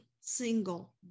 single